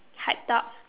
hyped up